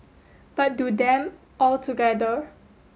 but do them all together